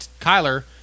Kyler